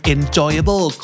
Enjoyable